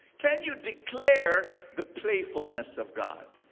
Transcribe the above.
can you declare the playfulness of god?